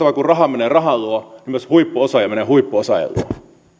kuin raha menee rahan luo myös huippuosaaja menee huippuosaajan luo